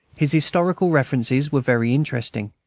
his historical references were very interesting.